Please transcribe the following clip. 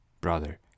brother